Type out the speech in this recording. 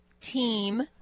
Team